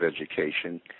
education